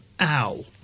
ow